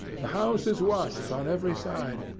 the house is watched on every side.